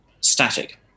static